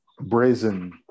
brazen